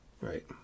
Right